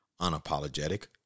unapologetic